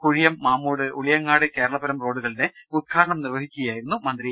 കുഴിയം മാമൂട് ഉളിയങ്ങാട് കേരളപുരം റോഡുകളുടെ ഉദ്ഘാടനം നിർവഹിക്കുകയായിരുന്നു മന്ത്രി